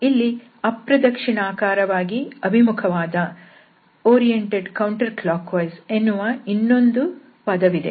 ಇಲ್ಲಿ "ಅಪ್ರದಕ್ಷಿಣಾಕಾರವಾಗಿ ಅಭಿಮುಖವಾದ" ಎನ್ನುವ ಇನ್ನೊಂದು ಪದವಿದೆ